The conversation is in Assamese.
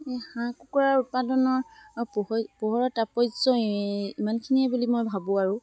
এই হাঁহ কুকুৰাৰ উৎপাদনৰ পোহৰৰ তাপৰ্য ইমানখিনিয়ে বুলি মই ভাবোঁ আৰু